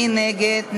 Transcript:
מי נגד?